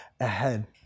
ahead